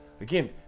again